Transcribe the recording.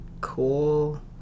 cool